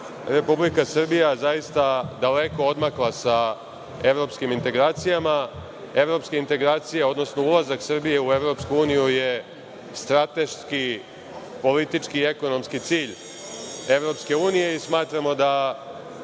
Republika Srbija zaista daleko odmakla sa evropskim integracijama. Evropske integracije, odnosno ulazak Srbije u EU je strateški, politički i ekonomski cilj EU i smatramo da